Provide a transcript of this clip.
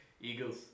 Eagles